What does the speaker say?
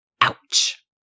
Ouch